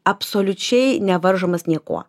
absoliučiai nevaržomas niekuo